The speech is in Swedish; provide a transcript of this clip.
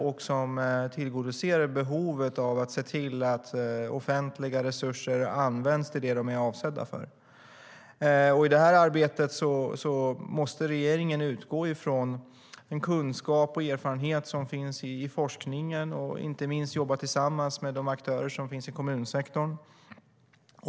Det handlar om att se till att offentliga resurser används till vad de är avsedda för. I det arbetet måste regeringen utgå från en kunskap och erfarenhet som finns i forskningen och inte minst jobba tillsammans med de aktörer som finns i kommunsektorn.